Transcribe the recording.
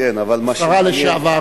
השרה לשעבר,